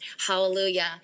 hallelujah